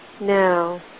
Now